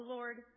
Lord